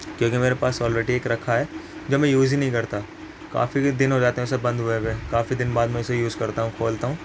کیونکہ میرے پاس آلریڈی ایک رکھا ہے جو میں یوز ہی نہیں کرتا کافی دن ہو جاتے ہیں اسے بند ہوئے ہوئے کافی دن بعد میں اسے یوز کرتا ہوں کھولتا ہوں